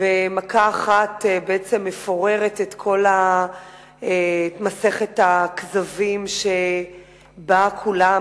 ומכה אחת בעצם מפוררת את כל מסכת הכזבים שבה כולם,